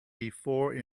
before